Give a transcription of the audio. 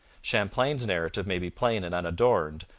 champlain's narrative may be plain and unadorned,